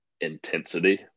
intensity